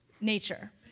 nature